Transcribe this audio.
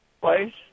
place